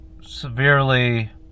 severely